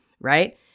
Right